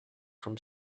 from